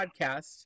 podcast